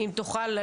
אם תוכל,